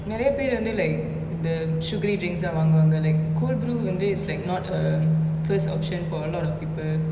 நெரயபேர் வந்து:nerayaper vanthu like the sugary drinks ah வாங்குவாங்க:vaanguvaanga like cold brew வந்து:vanthu is like not a first option for a lot of people